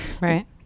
right